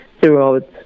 throughout